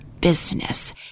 business